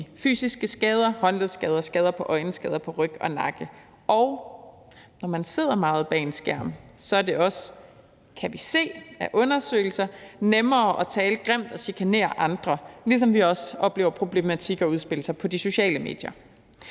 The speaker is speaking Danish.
fysiske skader såsom håndledsskader, øjenskader og skader på ryg og nakke. Og når man sidder meget bag en skærm, er det jo også, kan vi se af undersøgelser, nemmere at tale grimt og chikanere andre, ligesom vi også oplever problematikker udspille sig på de sociale medier.